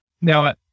now